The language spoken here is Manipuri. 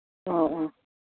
ꯑꯣ ꯑꯣ